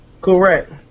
Correct